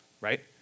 right